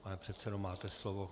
Pane předsedo, máte slovo.